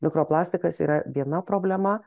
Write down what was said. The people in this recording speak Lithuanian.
mikroplastikas yra viena problema